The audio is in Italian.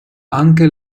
anche